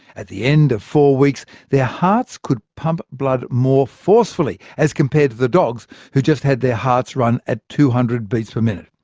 at the end of four weeks, their ah hearts could pump blood more forcefully as compared to the dogs who just had their hearts run at two hundred beats per minute.